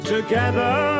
Together